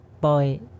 boy